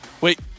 Wait